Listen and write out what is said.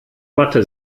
mathe